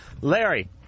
Larry